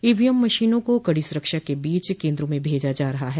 EVM मशीनों को कड़ी सुरक्षा के बीच केन्द्रों में भेजा जा रहा है